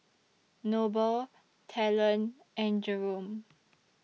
Noble Talon and Jerome